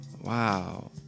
Wow